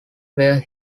were